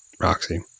Roxy